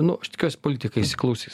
nu aš tikiuosi politikai įsiklausys